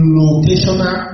locational